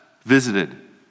visited